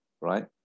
right